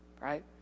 right